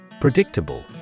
Predictable